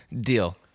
deal